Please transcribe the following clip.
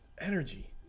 energy